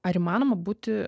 ar įmanoma būti